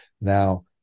Now